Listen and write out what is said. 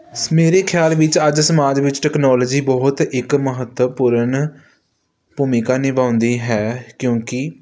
ਮੇਰੇ ਖਿਆਲ ਵਿੱਚ ਅੱਜ ਸਮਾਜ ਵਿੱਚ ਟੈਕਨੋਲੋਜੀ ਬਹੁਤ ਇੱਕ ਮਹੱਤਵਪੂਰਨ ਭੂਮਿਕਾ ਨਿਭਾਉਂਦੀ ਹੈ ਕਿਉਂਕਿ